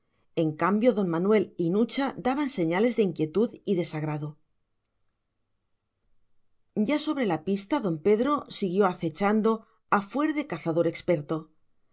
en cambio don manuel y nucha daban señales de inquietud y desagrado ya sobre la pista don pedro siguió acechando a fuer de cazador experto